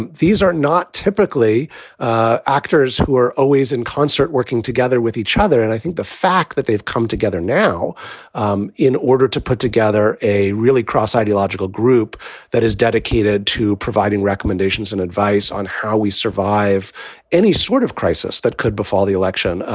and these are not typically actors who are always in concert working together with each other. and i think the fact that they've come together now um in order to put together a really cross ideological group that is dedicated to providing recommendations and advice on how we survive any sort of crisis that could before the election.